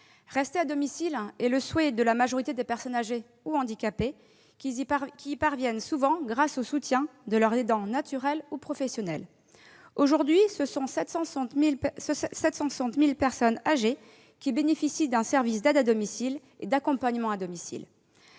Rester à domicile est le souhait de la majorité des personnes âgées ou handicapées, qui y parviennent souvent grâce au soutien de leurs aidants naturels ou professionnels. Aujourd'hui, 760 000 personnes âgées bénéficient d'un service d'aide et d'accompagnement à domicile.